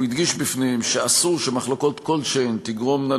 הוא הדגיש בפניהם שאסור שמחלוקות כלשהן תגרומנה